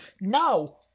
No